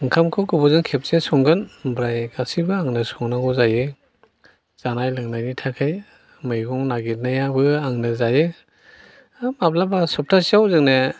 ओंखामखौ गोबावजों खेबसे संगोन ओमफ्राय गासैबो आंनो संनांगौ जायो जानाय लोंनायनि थाखाय मैगं नागिरनायाबो आंनो जायो माब्ला सबथासेयाव जोंने